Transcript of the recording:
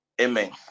amen